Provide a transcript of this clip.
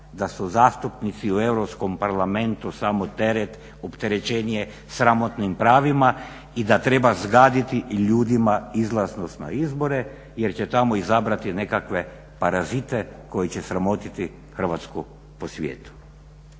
da su zastupnici u Europskom parlamentu samo teret, opterećenje sramotnim pravima i da treba zgaditi ljudima izlaznost na izbore jer će tamo izabrati nekakve parazite koji će sramotiti Hrvatsku po svijetu.